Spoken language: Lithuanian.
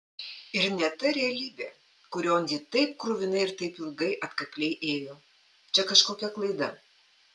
ir ne ta realybė kurion ji taip kruvinai ir taip ilgai atkakliai ėjo čia kažkokia klaida